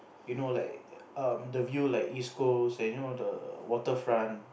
you know like um the view like East Coast and you know the Waterfront